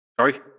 Sorry